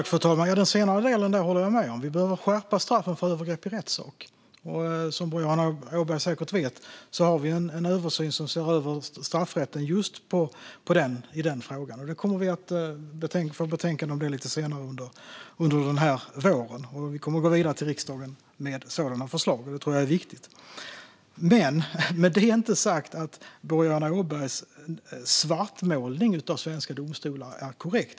Fru talman! Ja, den senare delen håller jag med om. Vi behöver skärpa straffen för övergrepp i rättssak. Som Boriana Åberg säkert vet har vi en översyn som ser över straffrätten just i den frågan. Vi kommer att få ett betänkande om det lite senare under våren, och vi kommer att gå vidare till riksdagen med sådana förslag. Det tror jag är viktigt. Med det inte sagt att Boriana Åbergs svartmålning av svenska domstolar är korrekt.